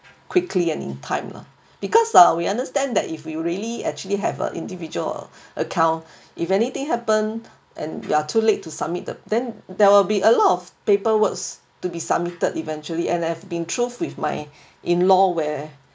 quickly and in time lah because ah we understand that if we really actually have a individual a~ account if anything happen and we are too late to submit the then there will be a lot of paper works to be submitted eventually and I have been truth with my in law where